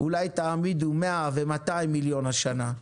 אולי תעמידו 100 ו-200 מיליון השנה,